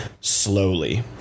slowly